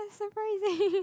surprising